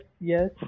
yes